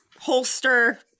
holster